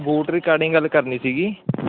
boot regarding ਗੱਲ ਕਰਨੀ ਸੀਗੀ